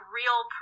real